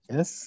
Yes